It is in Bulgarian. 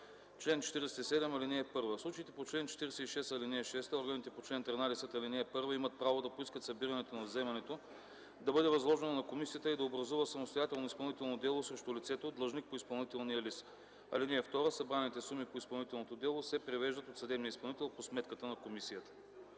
„Чл. 47. (1) В случаите по чл. 46, ал. 6 органите по чл. 13, ал. 1 имат право да поискат събирането на вземането да бъде възложено на комисията и да се образува самостоятелно изпълнително дело срещу лицето – длъжник по изпълнителния лист. (2) Събраните суми по изпълнителното дело се превеждат от съдебния изпълнител по сметка на комисията.”